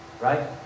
right